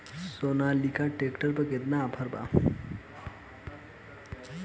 Sonalika tractor पर केतना offer बा?